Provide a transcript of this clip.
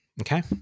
Okay